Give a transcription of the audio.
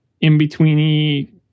in-betweeny